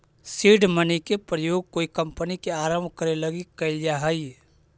seed money के प्रयोग कोई कंपनी के आरंभ करे लगी कैल जा हई